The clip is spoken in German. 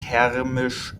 thermisch